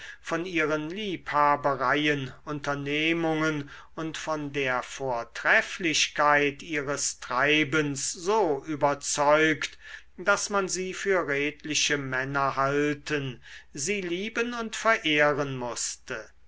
von ihren liebhabereien unternehmungen und von der vortrefflichkeit ihres treibens so überzeugt daß man sie für redliche männer halten sie lieben und verehren mußte